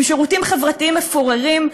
עם שירותים חברתיים מפוררים,